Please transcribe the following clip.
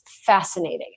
fascinating